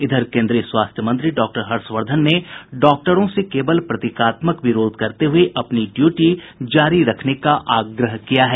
इधर केन्द्रीय स्वास्थ्य मंत्री डॉक्टर हर्षवर्द्वन ने डॉक्टरों से केवल प्रतीकात्मक विरोध करते हुए अपनी ड्यूटी जारी रखने का आग्रह किया है